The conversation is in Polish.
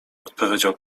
odpowiedział